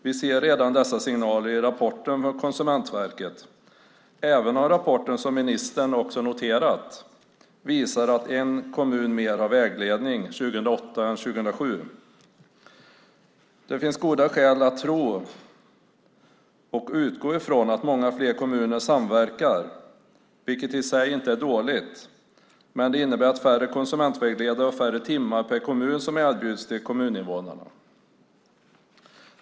Vi ser redan dessa signaler i rapporten från Konsumentverket även om rapporten, vilket ministern också noterat, visar att en kommun mer har vägledning 2008 än 2007. Det finns goda skäl att tro och utgå ifrån att många fler kommuner samverkar, vilket i sig inte är dåligt, men det innebär att det är färre konsumentvägledare och färre timmar per kommun som erbjuds till kommuninvånarna.